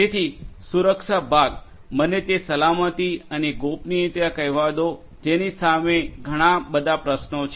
તેથી સુરક્ષા ભાગ મને તે સલામતી અને ગોપનીયતા કહેવા દો જેની સામે ઘણા બધા પ્રશ્નો છે